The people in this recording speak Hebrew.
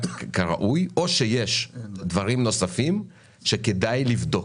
כראוי או שישנם דברים נוספים שכדאי לבדוק,